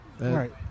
Right